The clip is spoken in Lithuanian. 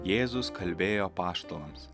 jėzus kalbėjo apaštalams